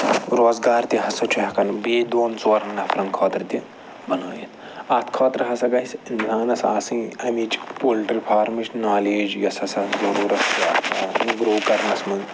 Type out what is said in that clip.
روزگار تہِ ہَسا چھُ ہٮ۪کان بیٚیہِ دۄن ژورَن نَفرَن خٲطرٕ تہِ بَنٲیِتھ اتھ خٲطرٕ ہَسا گَژھِ اِنسانَس آسٕنۍ اَمِچ پولٹرٛی فارمٕچ نالیج یۄس ہَسا ضٔروٗرت چھِ یہِ گرو کَرنَس مَنٛز